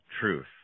truth